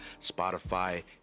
Spotify